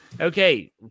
Okay